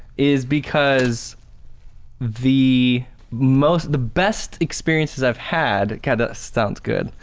is because the most the best experiences i've had, it kinda sounds good.